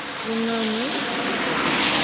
ᱠᱩᱱᱟᱹᱢᱤ ᱵᱮᱥᱨᱟ